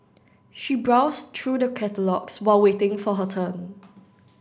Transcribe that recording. she browsed through the catalogues while waiting for her turn